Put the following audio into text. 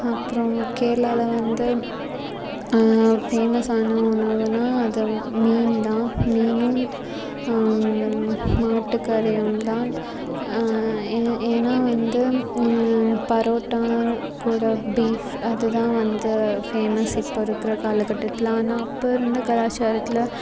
அப்புறம் கேரளாவில் வந்து ஃபேமஸான உணவுனால் அது மீன் தான் மீனும் மாட்டுக் கறியும் தான் ஏ ஏன்னா வந்து பரோட்டா கூட பீஃப் அது தான் வந்து ஃபேமஸ் இப்போ இருக்கிற காலகட்டத்தில் ஆனால் அப்போ இருந்த கலாச்சாரத்தில்